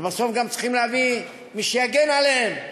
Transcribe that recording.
ובסוף גם צריכים להביא מי שיגן עליהם,